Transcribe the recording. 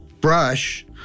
brush